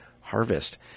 harvest